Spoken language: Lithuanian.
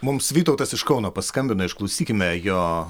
mums vytautas iš kauno paskambino išklausykime jo